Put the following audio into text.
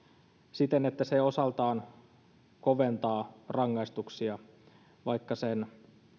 siten että se osaltaan koventaa rangaistuksia vaikka sen